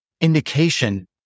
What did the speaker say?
indication